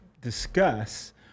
discuss